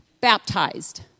baptized